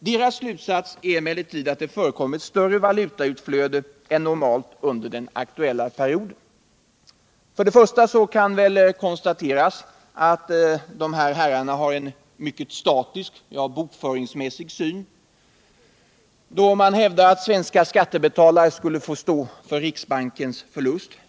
Deras slutsats är emellertid att det förekom ett större valutautflöde än normalt under den aktuella perioden. Först kan konstateras att dessa herrar har en mycket statisk, man kan säga bokföringsmässig, syn då de hävdar att svenska skattebetalare skulle få stå för riksbankens förlust.